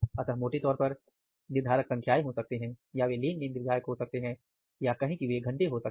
अतः मोटे तौर पर निर्धारक संख्याएं हो सकते हैं या वे लेन देन निर्धारक हो सकते हैं या कहें कि वे घंटे हो सकते हैं